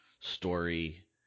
story